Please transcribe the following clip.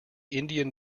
indian